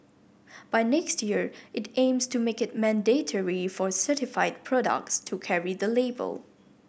by next year it aims to make it mandatory for certified products to carry the label